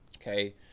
okay